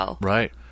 right